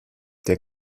der